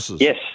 Yes